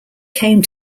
came